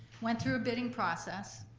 went through a bidding process,